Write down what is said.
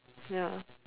ya